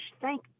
thank